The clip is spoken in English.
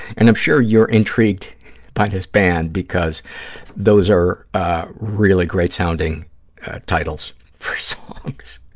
and i'm sure you're intrigued by this band because those are really great-sounding titles for songs.